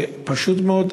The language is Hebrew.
פשוט מאוד,